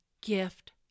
gift